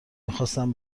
میخواستم